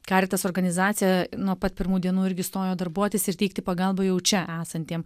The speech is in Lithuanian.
karitas organizacija nuo pat pirmų dienų irgi stojo darbuotis ir teikti pagalbą jau čia esantiem